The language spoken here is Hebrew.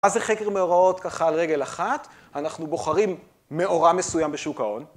מה זה חקר מאורעות ככה על רגל אחת? אנחנו בוחרים מאורע מסוים בשוק ההון.